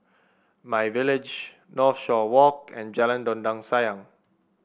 MyVillage Northshore Walk and Jalan Dondang Sayang